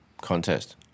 contest